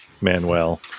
Manuel